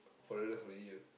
for the rest of the year